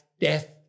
death